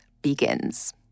begins